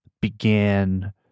began